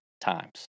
times